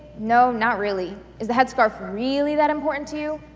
no, not really. is the headscarf really that important to you?